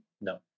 No